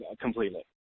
completely